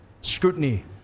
scrutiny